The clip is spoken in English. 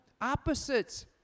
Opposites